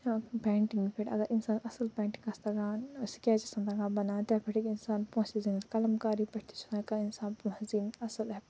painting پٮ۪ٹھ اگر اِنسانَس اصٕل پینٹِنٛگ آسہِ تگان سُہ کیٛازِ آسہِ نہٕ تگان بناوٕنۍ تتھ پٮ۪ٹھ ہٮ۪کہِ اِنسان پونٛسہٕ تہِ زیٖنِتھ قلم کاری پٮ۪ٹھ تِہ چھِ ہٮ۪کان اِنسان پونٛسہِ زیٖنِتھ اصٕل